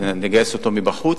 נגייס אותו מבחוץ.